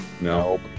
No